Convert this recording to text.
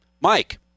Mike